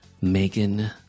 Megan